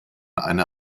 eine